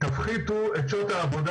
תפחיתו את שעות העבודה,